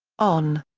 on.